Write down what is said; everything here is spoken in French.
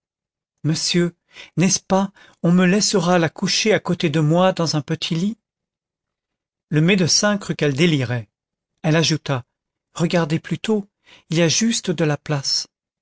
monsieur n'est-ce pas on me laissera la coucher à côté de moi dans un petit lit le médecin crut qu'elle délirait elle ajouta regardez plutôt il y a juste de la place